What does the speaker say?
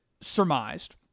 surmised